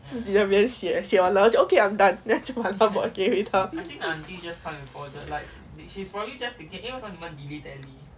自己在那边写写完了就 okay I'm done then 她就把:tae jiu ba board 还给她:huan gei tae